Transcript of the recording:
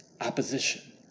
Opposition